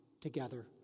together